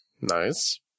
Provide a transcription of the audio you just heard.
Nice